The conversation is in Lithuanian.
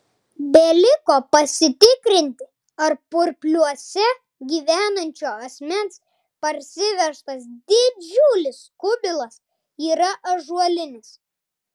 beliko pasitikrinti ar purpliuose gyvenančio asmens parsivežtas didžiulis kubilas yra ąžuolinis